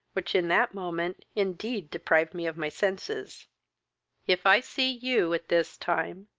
which, in that moment, indeed deprived me of my senses if i see you at this time,